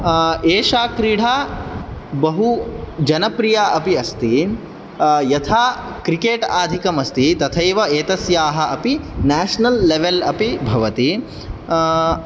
एषा क्रीडा बहुजनप्रिया अपि अस्ति यथा क्रिकेट् आदिकम् अस्ति तथैव एतस्याः अपि नेश्नल् लेवल् अपि भवति